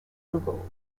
google